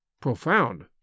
Profound